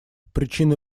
причины